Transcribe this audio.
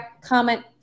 comment